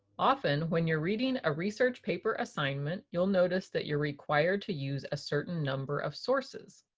often when you're reading a research paper assignment, you'll notice that you're required to use a certain number of sources.